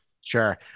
Sure